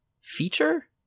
feature